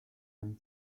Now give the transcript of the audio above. dem